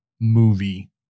movie